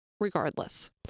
regardless